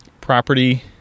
property